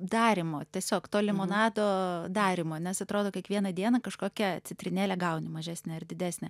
darymo tiesiog to limonado darymo nes atrodo kiekvieną dieną kažkokia citrinėlė gauni mažesnę ir didesnę